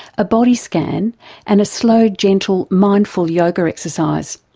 a body scan and a slow gentle mindful yoga exercise.